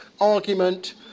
argument